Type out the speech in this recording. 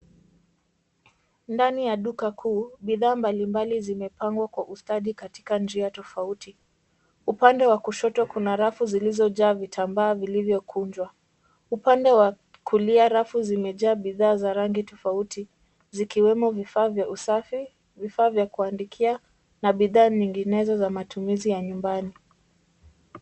Ndani ya duka kuu, bidhaa mbalimbali zimepangwa kwa ustadi katika njia tofauti. Upande wa kushoto kuna rafu zilizojaa vitambaa vilivyokunjwa. Upande wa kulia rafu zimejaa bidhaa za rangi tofauti zikiwemo vifaa vya usafi, vifaa vya kuandikia na bidhaa nyinginezo za matumizi ya nyumbani.